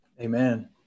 Amen